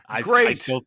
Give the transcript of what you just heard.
Great